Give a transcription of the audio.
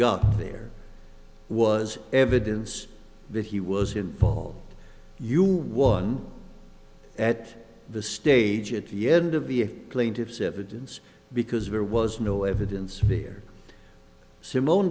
got there was evidence that he was involved you one at the stage at the end of the plaintiff's evidence because there was no evidence here simone